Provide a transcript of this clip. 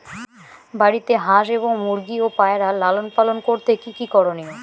বাড়িতে হাঁস এবং মুরগি ও পায়রা লালন পালন করতে কী কী করণীয়?